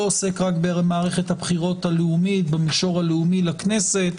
עוסק רק במערכת הבחירות במישור הלאומי לכנסת,